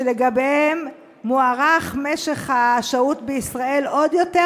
שלגביהם מוארך משך השהות בישראל עוד יותר,